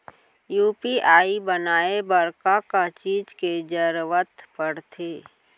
UPI बनाए बर का का चीज के जरवत पड़थे?